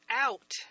out